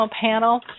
panel